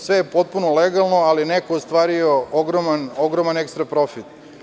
Sve je potpuno legalno ali je neko ostvario ogroman ekstra profit.